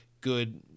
good